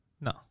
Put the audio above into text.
No